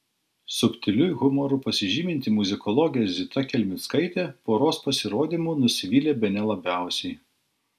subtiliu humoru pasižyminti muzikologė zita kelmickaitė poros pasirodymu nusivylė bene labiausiai